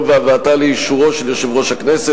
והבאתה לאישורו של יושב-ראש הכנסת,